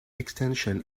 extension